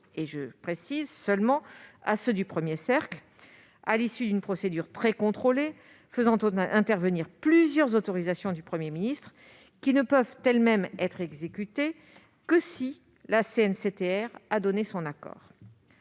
uniquement à ceux du premier cercle et à l'issue d'une procédure très contrôlée faisant intervenir plusieurs autorisations du Premier ministre, qui ne peuvent elles-mêmes être exécutées qu'avec l'accord